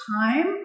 time